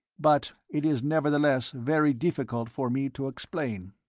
but it is nevertheless very difficult for me to explain.